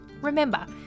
Remember